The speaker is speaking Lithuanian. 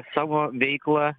savo veiklą